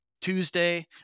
Tuesday